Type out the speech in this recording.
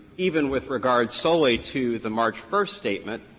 even with regard solely to the march first statement,